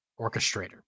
orchestrator